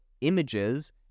images